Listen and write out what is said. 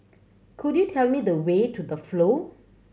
could you tell me the way to The Flow